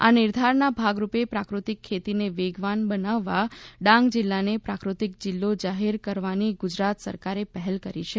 આ નિર્ધારના ભાગરૂપે પ્રાકૃતિક ખેતીને વેગવાન બનાવવા ડાંગ જીલ્લાને પ્રાકૃતિક જીલ્લો જાહેર કરવાની ગુજરાત સરકારે પહેલ કરી છે